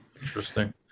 interesting